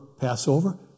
Passover